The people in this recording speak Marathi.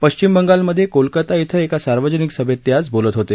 पश्चिम बंगालमध्ये कोलकाता श्वं एका सार्वजनिक सभेत ते आज बोलत होते